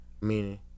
Meaning